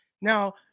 Now